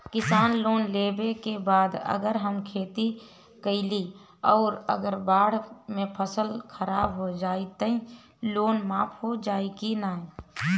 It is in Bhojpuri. किसान लोन लेबे के बाद अगर हम खेती कैलि अउर अगर बाढ़ मे फसल खराब हो जाई त लोन माफ होई कि न?